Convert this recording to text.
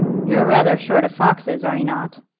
you're rather short of foxes, are you not?